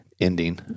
ending